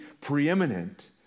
preeminent